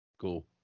Cool